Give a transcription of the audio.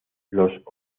los